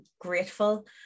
grateful